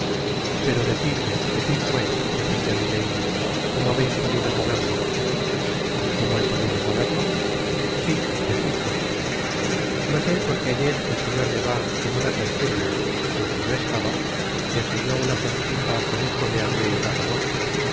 pero decidme decid pues repetia milady como habeis podido saberlo r m como he podido saberlo i i si decidmelo r i ui av w lo sé porque ayer el señor de wardes en una tertulia en que yo estaba enseñó una sortija que dijo le habiais dado vos